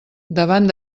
davant